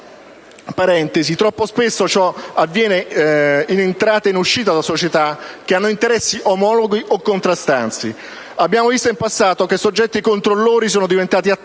troppo spesso avviene che, in entrata e uscita da società, si abbiano interessi omologhi o contrastanti. Abbiamo visto in passato che soggetti controllori sono diventati attori